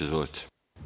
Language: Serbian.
Izvolite.